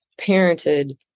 parented